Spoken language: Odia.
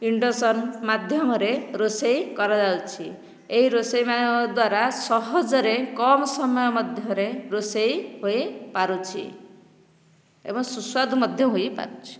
ଇଣ୍ଡକ୍ସନ୍ ମାଧ୍ୟମରେ ରୋଷେଇ କରାଯାଉଛି ଏଇ ରୋଷେଇ ଦ୍ଵାରା ସହଜରେ କମ୍ ସମୟ ମଧ୍ୟରେ ରୋଷେଇ ହୋଇପାରୁଛି ଏବଂ ସୁସ୍ବାଦୁ ମଧ୍ୟ ହୋଇପାରୁଛି